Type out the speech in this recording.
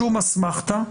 שום אסמכתה,